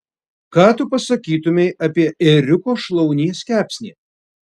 ką tu pasakytumei apie ėriuko šlaunies kepsnį